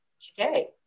today